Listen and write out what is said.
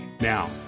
Now